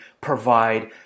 provide